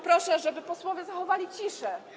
Proszę, żeby posłowie zachowali ciszę.